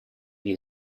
you